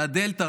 והדלתא,